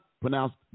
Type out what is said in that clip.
pronounced